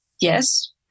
yes